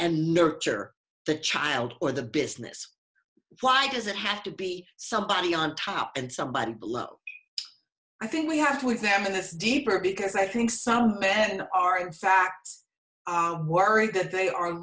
and nurture the child or the business why does it have to be somebody on top and somebody below i think we have to examine this deeper because i think some ben are in fact worried that they are